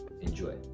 Enjoy